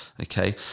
Okay